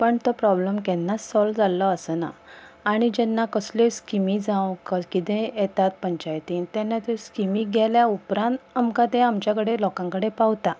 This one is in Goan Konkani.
पण तो प्रोब्लॅम केन्नाच सोल्व जाल्लो आसना आनी जेन्ना कसलेय स्किमी जावं किदेंय येता पंचायतीन तेन्ना त्यो स्किमी गेल्या उपरांत आमकां ते आमच्या कडेन लोकां कडेन पावता